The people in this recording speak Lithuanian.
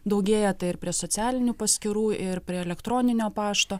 daugėja tai ir prie socialinių paskyrų ir prie elektroninio pašto